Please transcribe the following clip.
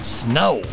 snow